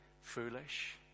foolish